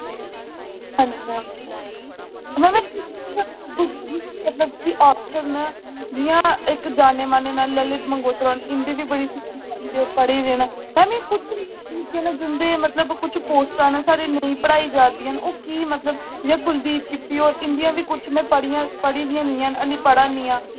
हांजी ma'am ma'am मतलब के आथर न जि'यां इक जाने माने न ललित मगोत्रा होर इं'दे बी बड़े पढ़े दे न मैम एह् कुछ न जिं'दे कुछ पोस्टां न साढ़े नेईं पढ़ाई जा दियां न ओह् के मतलब जि'यां कुलदीप किप्पी होर इं'दियां बी कुछ में पढ़ियां न पढ़ी दियां निं हैन हाल्ली पढ़ा नी आं